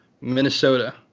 Minnesota